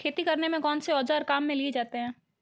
खेती करने में कौनसे औज़ार काम में लिए जाते हैं?